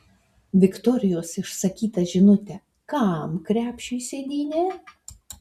viktorijos išsakytą žinutę kam krepšiui sėdynė